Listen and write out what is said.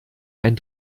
ein